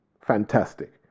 fantastic